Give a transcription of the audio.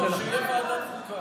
שיהיה ועדת החוקה.